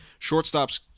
shortstops